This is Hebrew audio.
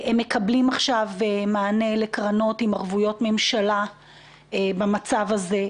הם מקבלים עכשיו מענה לקרנות עם ערבויות ממשלה במצב הזה.